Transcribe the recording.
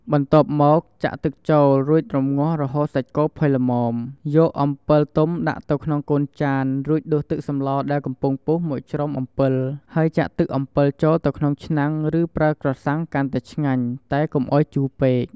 បន្ទាប់មកចាក់ទឹកចូលរួចរម្ងាស់រហូតសាច់គោផុយល្មម យកអំពិលទុំដាក់ទៅក្នុងកូនចាន រួចដួសទឹកសម្លដែលកំពុងពុះមកជ្រំ អំពិល ហើយចាក់ទឹកអំពិលចូលទៅក្នុងឆ្នាំងឬប្រើក្រសាំងកាន់តែឆ្ងាញ់ តែកុំឱ្យជូរពេក។